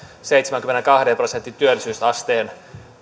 seitsemänkymmenenkahden prosentin työllisyysasteeseen